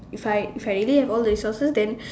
if I if I really have all the resources then